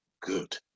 good